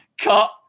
cut